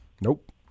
Nope